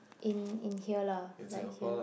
in in here lah like here